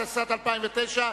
התשס"ט 2009,